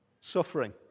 Suffering